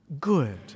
good